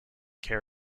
care